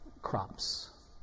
crops